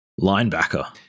Linebacker